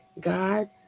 God